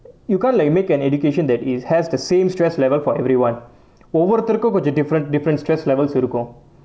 you can't like make an education that is has the same stress level for everyone ஒவ்வொருதருக்கும் கொஞ்சம்:ovvorutharukkum konjam different different stress levels இருக்கும்:irukkum